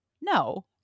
No